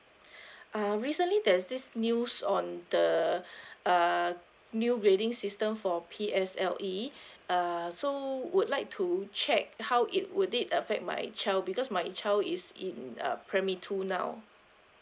um recently there's this news on the uh new grading system for P_S_L_E err so would like to check how it would it affect my child because my child is in a primary two now